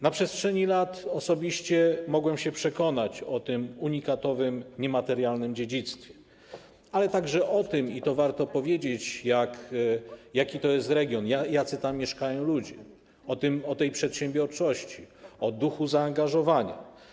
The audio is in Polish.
Na przestrzeni lat osobiście mogłem się przekonać o tym unikatowym niematerialnym dziedzictwie, ale także o tym, i to warto powiedzieć, jaki to jest region, jacy tam mieszkają ludzie, o tej przedsiębiorczości, o duchu zaangażowania.